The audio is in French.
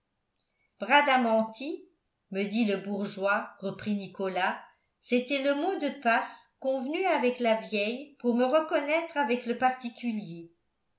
bradamanti me dit le bourgeois reprit nicolas c'était le mot de passe convenu avec la vieille pour me reconnaître avec le particulier